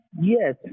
Yes